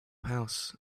house